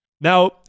Now